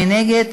מי נגד?